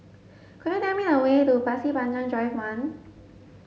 could you tell me the way to Pasir Panjang Drive one